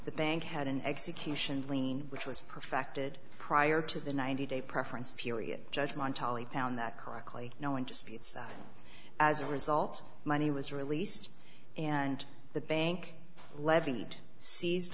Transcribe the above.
the bank had an execution lien which was perfected prior to the ninety day preference period judgment tali found that correctly no interest pizza as a result money was released and the bank levied seized